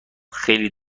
خیلی